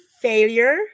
failure